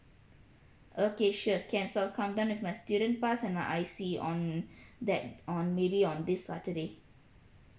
okay sure can so I'll come down with my student pass and my I_C on that on maybe on this saturday